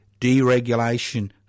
deregulation